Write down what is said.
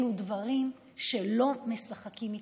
אלה דברים שלא משחקים איתם.